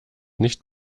nicht